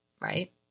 Right